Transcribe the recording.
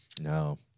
No